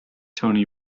toni